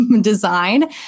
design